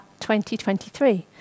2023